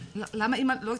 למה אמא לא התחתנה,